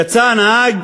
יצא הנהג